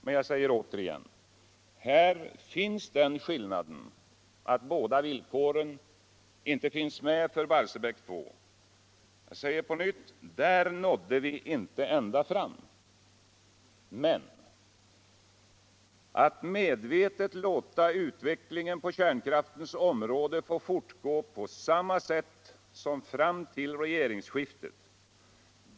Men jag säger äterigen: Här finns den skillnaden att båda villkoren inte finns med för Barsebäck 2. Jag upprepar: Där nådde vi inte ända fram. Men att medvetet låta utvecklingen på kärnkraftens område få fortgå på samma sätt som fram till regeringsskiftet.